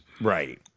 Right